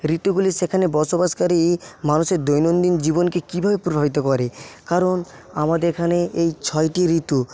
ঋতুগুলি সেখানে বসবাসকারী মানুষের দৈনন্দিন জীবনকে কীভাবে প্রভাবিত করে কারণ আমাদের এখানে এই ছয়টি ঋতু